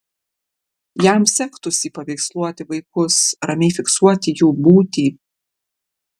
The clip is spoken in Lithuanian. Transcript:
jam sektųsi paveiksluoti vaikus ramiai fiksuoti jų būtį